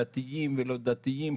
דתיים ולא דתיים,